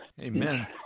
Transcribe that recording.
Amen